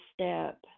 step